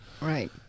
Right